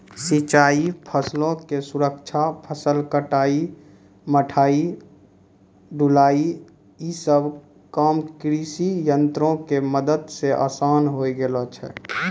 सिंचाई, फसलो के सुरक्षा, फसल कटाई, मढ़ाई, ढुलाई इ सभ काम कृषियंत्रो के मदत से असान होय गेलो छै